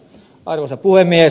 arvoisa puhemies